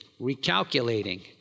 recalculating